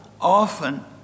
often